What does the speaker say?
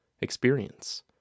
experience